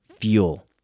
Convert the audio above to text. fuel